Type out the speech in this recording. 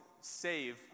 save